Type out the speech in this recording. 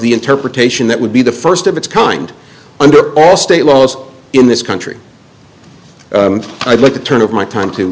the interpretation that would be the first of its kind under all state laws in this country i'd like to turn over my time to